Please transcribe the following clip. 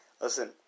Listen